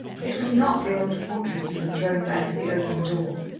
it was not the old portress who had thrown back the open door.